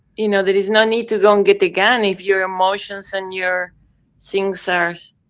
you know there is no need to go and get the gun, if your emotions and your things, are